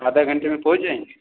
आधा घण्टे में पहुँच जाएँगे